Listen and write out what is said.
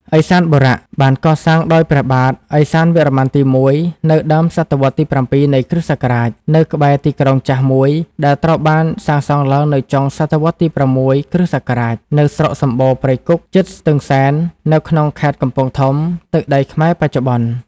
ឥសានបុរ បានកសាងដោយព្រះបាទ ឥសានវរ្ម័នទី១ នៅដើម សតវត្សរ៍ទី៧ នៃ គ.ស នៅក្បែរទីក្រុងចាស់មួយដែលត្រូវបានសាងសង់ឡើងនៅចុង សតវត្សរ៍ទី៦ គ.ស. នៅស្រុកសម្បូរណ៍ព្រៃគុក ជិតស្ទឹងសែន នៅក្នុងខេត្តកំពង់ធំ ទឹកដីខ្មែរបច្ចុប្បន្ន ។